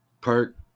Perk